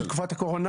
בתקופת הקורונה.